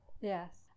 yes